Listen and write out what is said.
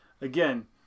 again